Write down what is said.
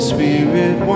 Spirit